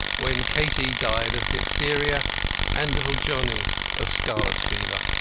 when katie died of diphtheria and little johnny of scarlet fever.